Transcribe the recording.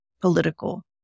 political